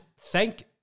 thank